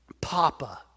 papa